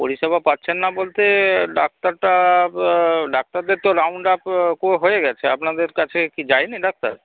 পরিষেবা পাচ্ছেন না বলতে ডাক্তাররা ডাক্তারদের তো রাউন্ড আপ হয়ে গিয়েছে আপনাদের কাছে কি যায়নি ডাক্তার